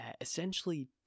Essentially